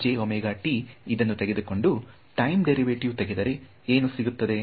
ನಾನುಇದನ್ನು ತೆಗೆದುಕೊಂಡು time derivative ತೆಗೆದರೆ ಏನು ಸಿಗುತ್ತದೆ